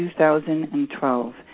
2012